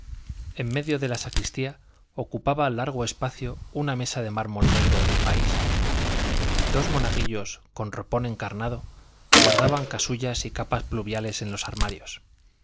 en medio de la sacristía ocupaba largo espacio una mesa de mármol negro del país dos monaguillos con ropón encarnado guardaban casullas y capas pluviales en los armarios